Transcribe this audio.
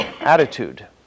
attitude